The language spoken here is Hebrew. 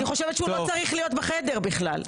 אני חושבת שהוא לא צריך להיות בחדר בכלל.